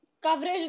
coverage